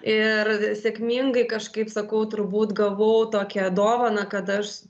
ir sėkmingai kažkaip sakau turbūt gavau tokią dovaną kad aš